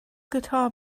guitar